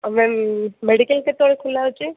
ma'am medical କେତେବେଳେ ଖୋଲା ହେଉଛି